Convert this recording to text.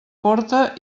porta